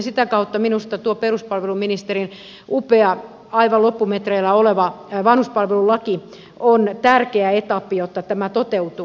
sitä kautta minusta tuo peruspalveluministerin upea aivan loppumetreillä oleva vanhuspalvelulaki on tärkeä etappi jotta tämä toteutuu